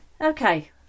Okay